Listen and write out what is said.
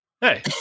Hey